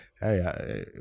Hey